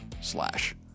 slash